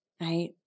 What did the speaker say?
right